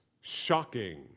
shocking